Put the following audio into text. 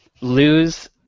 lose